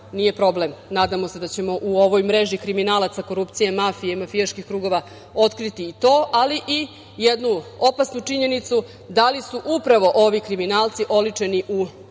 nije problem, nadamo se da ćemo u ovoj mreži kriminalaca, korupcije, mafije i mafijaških krugova otkriti i to, ali i jednu opasnu činjenicu – da li su upravo ovi kriminalci oličeni u režimu